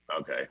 Okay